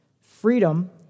Freedom